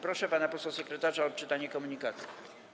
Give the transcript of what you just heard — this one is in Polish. Proszę pana posła sekretarza o odczytanie komunikatów.